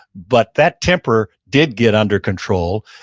but that temper did get under control,